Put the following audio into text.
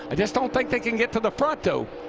i joust don't think they can get to the front though.